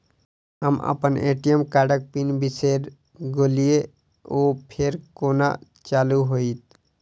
हम अप्पन ए.टी.एम कार्डक पिन बिसैर गेलियै ओ फेर कोना चालु होइत?